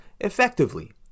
effectively